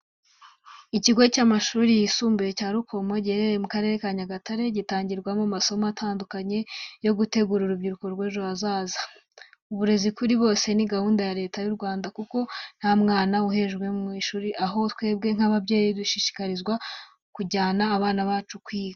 Ikigo cy'amashuri yisumbuye cya Rukomo giherereye mu Karere ka Nyagatare, gitangirwamo amasomo atandukanye yo gutegura urubyiruko rw'ejo hazaza. Uburezi kuri bose ni gahunda ya Leta y'u Rwanda kuko nta mwana uhejwe ku ishuri, ahubwo twebwe nk'ababyeyi dushishikarizwa kujyana abana bacu kwiga.